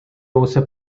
also